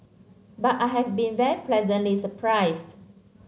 but I have been very pleasantly surprised